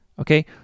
okay